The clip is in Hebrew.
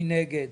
מי נגד?